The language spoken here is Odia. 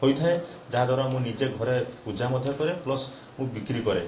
ହୋଇଥାଏ ଯାହା ଦ୍ୱାରା ମୁଁ ନିଜେ ଘରେ ପୂଜା ମଧ୍ୟ କରେ ପ୍ଲସ ମୁଁ ବିକ୍ରି କରେ